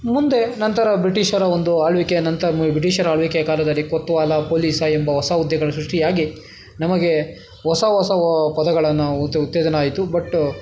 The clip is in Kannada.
ಮುಂದೆ ನಂತರ ಬ್ರಿಟೀಷರ ಒಂದು ಆಳ್ವಿಕೆಯ ನಂತ ಮು ಬ್ರಿಟೀಷರ ಆಳ್ವಿಕೆಯ ಕಾಲದಲ್ಲಿ ಕೊತ್ವಾಲ ಪೋಲಿಸ ಎಂಬ ಹೊಸ ಹುದ್ದೆಗಳ್ ಸೃಷ್ಟಿಯಾಗಿ ನಮಗೆ ಹೊಸ ಹೊಸ ವ ಪದಗಳನ್ನು ಉತ್ ಉತ್ತೇಜನ ಆಯಿತು ಬಟ್